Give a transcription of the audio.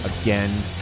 again